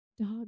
dog